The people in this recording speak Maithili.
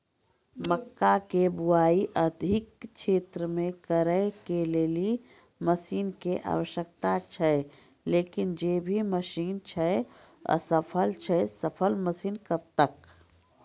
मक्का के बुआई अधिक क्षेत्र मे करे के लेली मसीन के आवश्यकता छैय लेकिन जे भी मसीन छैय असफल छैय सफल मसीन कब तक?